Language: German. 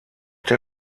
der